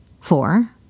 four